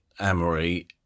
Amory